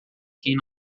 quem